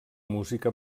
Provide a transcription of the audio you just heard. música